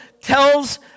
tells